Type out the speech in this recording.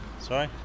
Sorry